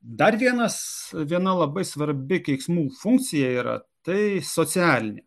dar vienas viena labai svarbi keiksmų funkcija yra tai socialinė